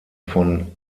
von